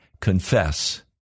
Confess